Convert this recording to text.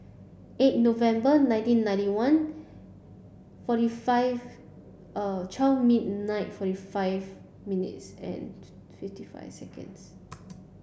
eight November nineteen ninety one forty five twelve midnight forty five minutes and fifty five seconds